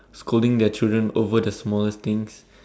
scolding their children over the smallest things